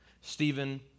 Stephen